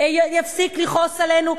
יפסיק לכעוס עלינו,